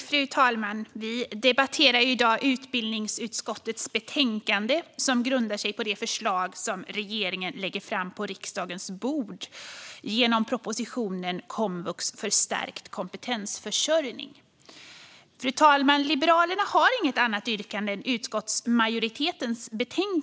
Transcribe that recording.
Fru talman! Vi debatterar i dag utbildningsutskottets betänkande som grundar sig på de förslag som regeringen lägger fram på riksdagens bord genom propositionen Komvux för stärkt kompetensförsörjning . Fru talman! Liberalerna yrkar inte på något annat än utskottsmajoritetens förslag.